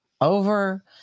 over